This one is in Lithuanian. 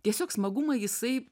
tiesiog smagumą jisai